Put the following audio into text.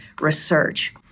research